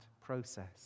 process